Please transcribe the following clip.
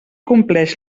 compleix